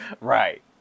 Right